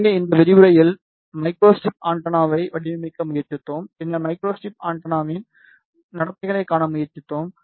எனவே இந்த விரிவுரையில் மைக்ரோஸ்ட்ரிப் ஆண்டெனாவை வடிவமைக்க முயற்சித்தோம் பின்னர் மைக்ரோஸ்ட்ரிப் ஆண்டெனாவின் நடத்தைகளைக் காண முயற்சித்தோம்